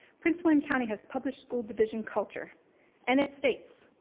prince william county has published school division culture and it states,